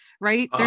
Right